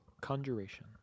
Conjuration